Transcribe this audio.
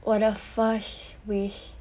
我的 first wish